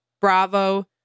Bravo